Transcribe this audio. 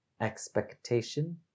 expectation